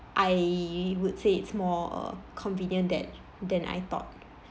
I would say it's more uh convenient that than I thought